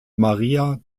maria